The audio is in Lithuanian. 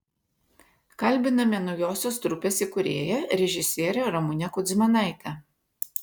kalbiname naujosios trupės įkūrėją režisierę ramunę kudzmanaitę